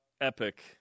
epic